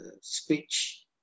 speech